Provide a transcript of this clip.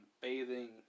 Bathing